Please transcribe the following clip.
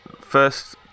First